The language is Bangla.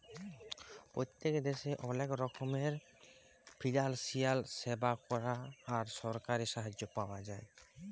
পত্তেক দ্যাশে অলেক রকমের ফিলালসিয়াল স্যাবা আর সরকারি সাহায্য পাওয়া যায়